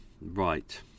Right